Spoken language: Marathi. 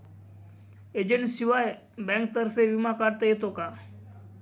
एजंटशिवाय बँकेतर्फे विमा काढता येतो का?